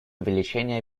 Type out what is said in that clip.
увеличение